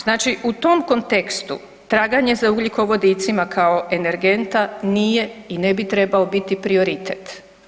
Znači u tom kontekstu traganje za ugljikovodicima kao energenta nije i ne bi trebao biti prioritet.